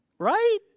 right